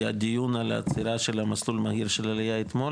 היה דיון על עצירה של המסלול מהיר של עלייה אתמול,